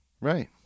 Right